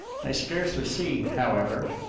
i scarcely see, however,